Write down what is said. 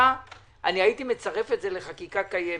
חקיקה אני הייתי מצרף את זה לחקיקה קיימת.